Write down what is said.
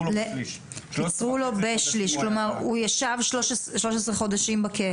בשליש, כלומר הוא ישב 13 חודשים בכלא.